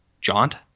jaunt